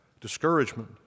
discouragement